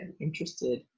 interested